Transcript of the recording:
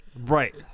Right